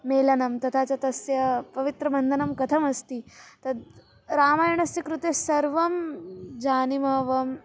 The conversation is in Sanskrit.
मेलनं तथा च तस्य पवित्रबन्धनं कथमस्ति तद् रामायणस्य कृते सर्वं जानीमः